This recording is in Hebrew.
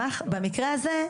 הזה,